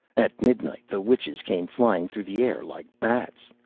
at midnight the witches came flying through the air like bats.